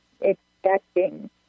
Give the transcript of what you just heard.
expecting